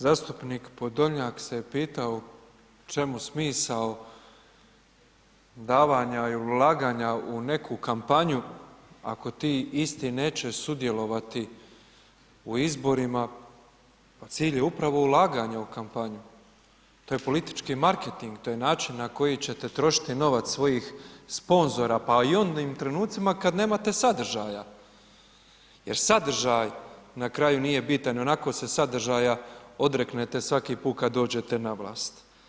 Zastupnik Podolnjak se pitao čemu smisao davanje i ulaganja u neku kampanju ako ti isti neće sudjelovati u izborima a cilj je upravo ulaganje u kampanju, to je politički marketing, to je način na koji ćete trošiti novac svojih sponzora pa i u onim trenucima kad nemate sadržaja jer sadržaj na kraju nije bitan, ionako se sadržaja odreknete svaki put kad dođete na vlast.